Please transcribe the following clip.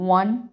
one